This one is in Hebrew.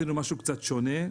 עשינו משהו קצת שונה,